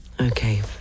Okay